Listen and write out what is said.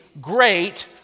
great